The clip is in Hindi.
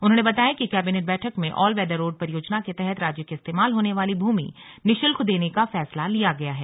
उन्होंने बताया कि कैबिनेट बैठक में ऑल वेदर रोड परियोजना के तहत राज्य की इस्तेमाल होने वाली भूमि निशुल्क देने का फैसला लिया गया है